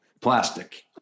plastic